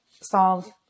solve